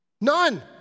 None